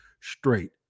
straight